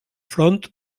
front